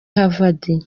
harvard